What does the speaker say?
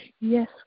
Yes